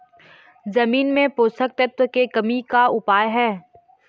जमीन म पोषकतत्व के कमी का उपाय हे?